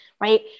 right